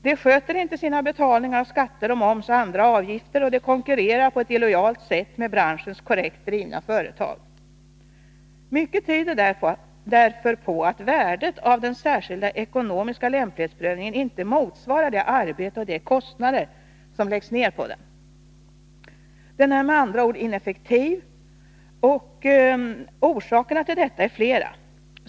De sköter inte sina betalningar av skatter och moms samt andra avgifter, och de konkurrerar på ett illojalt sätt med branschens korrekt drivna företag. Mycket tyder därför på att värdet av den särskilda ekonomiska lämplighetsprövningen inte motsvarar det arbete och de kostnader som läggs ner på den. Den är med andra ord ineffektiv, och orsakerna härtill är flera.